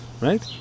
right